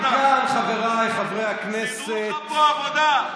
סידרו לך פה עבודה.